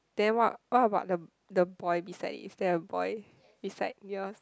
then what what about the the boy beside is there a boy beside yours